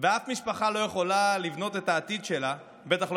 ואף משפחה לא יכולה לבנות את העתיד שלה בטח לא